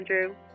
Andrew